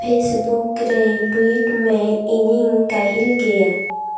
ᱯᱷᱮᱥᱵᱩᱠᱨᱮ ᱴᱩᱭᱤᱴᱢᱮ ᱤᱧᱤᱧ ᱠᱟᱹᱦᱤᱞ ᱜᱮᱭᱟ